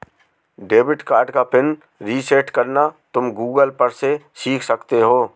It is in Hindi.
डेबिट कार्ड का पिन रीसेट करना तुम गूगल पर से सीख सकते हो